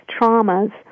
traumas